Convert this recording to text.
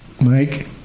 Mike